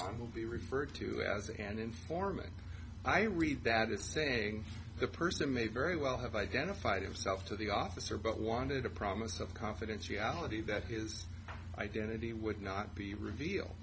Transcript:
on will be referred to as an informant i read that is saying the person may very well have identified himself to the officer but wanted a promise of confidentiality that his identity would not be reveal